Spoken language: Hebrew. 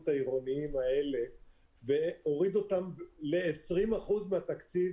העירוניים האלה והוריד אתם ל-20 אחוזים מהתקציב